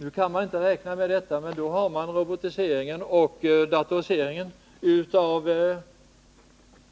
Nu kan man inte räkna med detta, men då finns redan datoriseringen och robotiseringen av